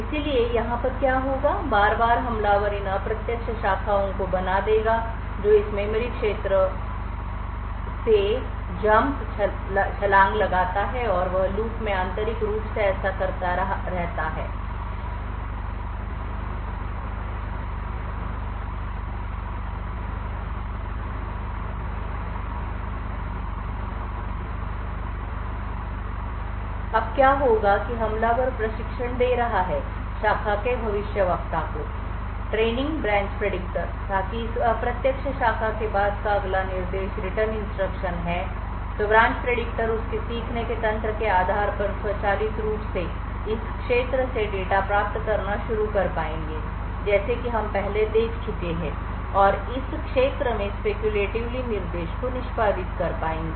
इसलिए यहाँ पर क्या होगा बार बार हमलावर इन अप्रत्यक्ष शाखाओं को बना देगा जो इस मेमोरी क्षेत्र से jump जंप छलांग लगाता है और वह लूप में आंतरिक रूप से ऐसा करता रहता है अब क्या होगा कि हमलावर प्रशिक्षण दे रहा है शाखा के भविष्यवक्ता को ताकि इस अप्रत्यक्ष शाखा के बाद का अगला निर्देश रिटर्न इंस्ट्रक्शन है तो ब्रांच प्रिडिक्टर उसके सीखने के तंत्र के आधार पर स्वचालित रूप से इस क्षेत्र से डेटा प्राप्त करना शुरू कर पाएंगे जैसे कि हम पहले देख चुके हैं और इस क्षेत्र में speculatively निर्देश को निष्पादित कर पाएंगे